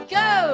go